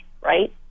right